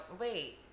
wait